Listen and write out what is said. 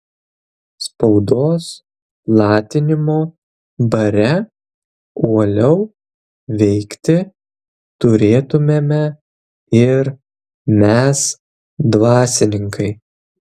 spaudos platinimo bare uoliau veikti turėtumėme ir mes dvasininkai